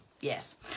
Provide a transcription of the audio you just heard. Yes